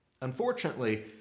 Unfortunately